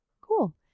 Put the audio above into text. cool